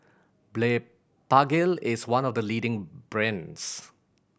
Blephagel is one of the leading brands